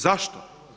Zašto?